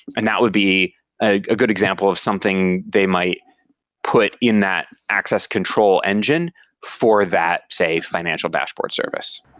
and that would be a good example of something they might put in that access control engine for that, say, financial dashboards service.